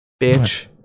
Bitch